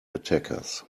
attackers